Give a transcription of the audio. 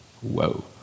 Whoa